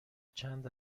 چند